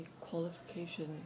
qualification